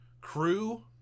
crew